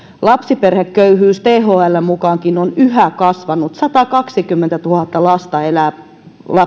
lapsiperheköyhyys on thln mukaankin yhä kasvanut satakaksikymmentätuhatta lasta elää